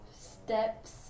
steps